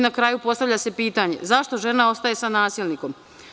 Na kraju se postavlja pitanje zašto žena ostaje sa nasilnikom?